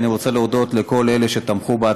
ואני רוצה להודות לכל אלה שתמכו בה.